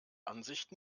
ansicht